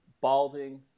balding